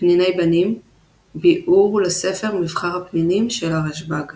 פניני בנים – ביאור לספר "מבחר הפנינים" של הרשב"ג